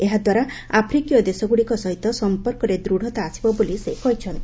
ଏହାଦ୍ୱାରା ଆଫ୍ରିକୀୟ ଦେଶଗୁଡ଼ିକ ସହିତ ସମ୍ପର୍କରେ ଦୃଢ଼ତା ଆସିବ ବୋଲି ସେ କହିଚ୍ଛନ୍ତି